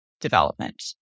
development